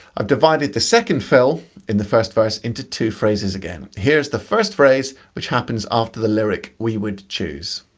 i've divided the second fill in the first verse into two phrases again. here's the first phrase which happens after the lyric we would choose.